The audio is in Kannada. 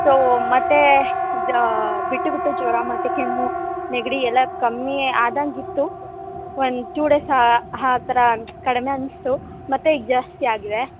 ಸೊ ಮತ್ತೆ ಬಿಟ್ಟು ಬಿಟ್ಟು ಜ್ವರ ಮತ್ತು ಕೆಮ್ಮು ನೆಗಡಿ ಎಲ್ಲ ಕಮ್ಮಿ ಆದಂಗೆ ಇತ್ತು ಒಂದು ಟು ಡೇಸ್ ಆ ಥರ ಕಡಿಮೆ ಅನಿಸ್ತು ಮತ್ತೆ ಈಗ ಜಾಸ್ತಿ ಆಗಿದೆ